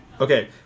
Okay